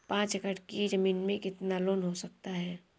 पाँच एकड़ की ज़मीन में कितना लोन हो सकता है?